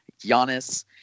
Giannis